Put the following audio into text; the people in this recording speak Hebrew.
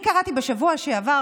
אני קראתי בשבוע שעבר,